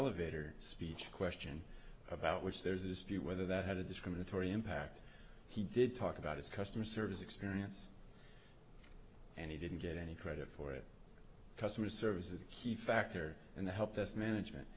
elevator speech question about which there's a dispute whether that had a discriminatory impact he did talk about his customer service experience and he didn't get any credit for it customer service is a key factor and the help that's management